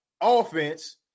offense